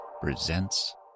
PRESENTS